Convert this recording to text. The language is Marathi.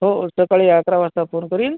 हो सकाळी अकरा वाजता फोन करील